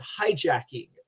hijacking